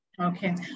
Okay